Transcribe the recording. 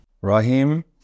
Rahim